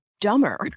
dumber